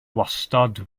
wastad